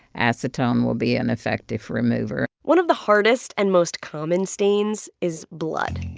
acetone will be an effective remover one of the hardest and most common stains is blood.